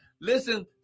listen